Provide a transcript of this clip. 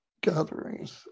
gatherings